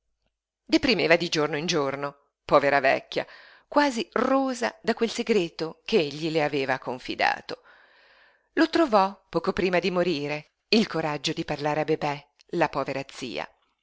parlare deperiva di giorno in giorno povera vecchia quasi rósa da quel segreto che egli le aveva confidato lo trovò poco prima di morire il coraggio di parlare a bebè la povera zia